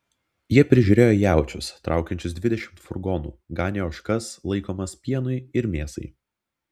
jie prižiūrėjo jaučius traukiančius dvidešimt furgonų ganė ožkas laikomas pienui ir mėsai